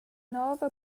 nova